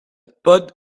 pod